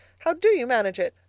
how do you manage it?